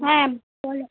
হ্যাঁ বলো